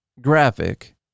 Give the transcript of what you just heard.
graphic